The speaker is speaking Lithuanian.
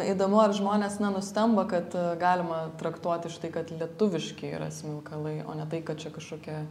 įdomu ar žmonės na nustemba kad galima traktuoti štai kad lietuviški yra smilkalai o ne tai kad čia kažkokia